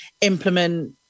implement